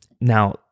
Now